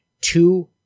two